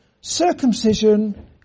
circumcision